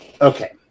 Okay